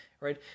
right